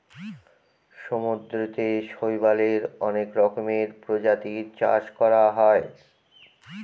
সমুদ্রতে শৈবালের অনেক রকমের প্রজাতির চাষ করা হয়